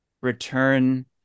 return